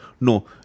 No